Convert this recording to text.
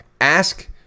Ask